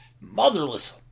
motherless